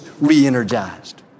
re-energized